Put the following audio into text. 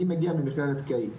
אני מגיע ממכללת קיי,